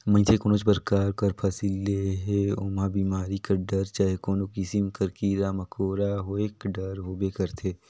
मइनसे कोनोच परकार कर फसिल लेहे ओम्हां बेमारी कर डर चहे कोनो किसिम कर कीरा मकोरा होएक डर होबे करथे